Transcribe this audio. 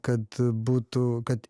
kad būtų kad